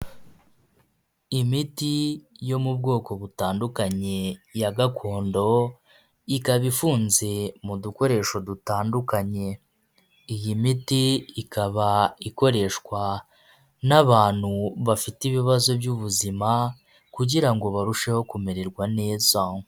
Imiti yo mu bwoko butandukanye ya gakondo, ikaba ifunze mu dukoresho dutandukanye, iyi miti ikaba ikoreshwa n'abantu bafite ibibazo by'buzima kugira ngo barusheho kumererwa neza.